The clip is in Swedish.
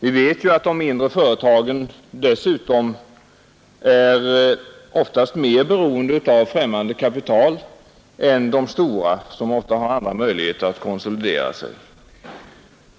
Vi vet att de mindre företagen dessutom oftast är mera beroende av främmande kapital än de stora, som ofta har andra möjligheter att konsolidera sig.